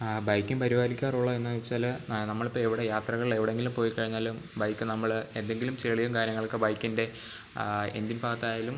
bike പരിപാലിക്കാറുള്ളതെന്നു വെച്ചാൽ നമ്മളിപ്പം എവിടെ യാത്രകൾ എവിടെയെങ്കിലും പോയി കഴിഞ്ഞാലും ബൈക്ക് നമ്മൾ എന്തെങ്കിലും ചെളിയും കാര്യങ്ങളൊക്കെ ബൈക്കിൻ്റെ എൻജിൻ ഭാഗത്തായാലും